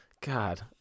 God